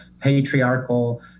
patriarchal